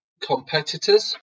competitors